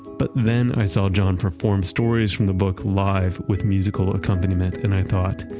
but then i saw jon perform stories from the book live, with musical accompaniment and i thought,